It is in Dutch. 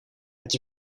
het